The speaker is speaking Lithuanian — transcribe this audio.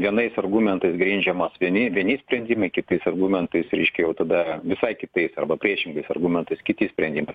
vienais argumentais grindžiamas vieni vieni sprendimai kitais argumentais reiškia jau tada visai kitais arba priešingais argumentais kiti sprendimai